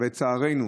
אבל לצערנו,